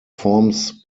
forms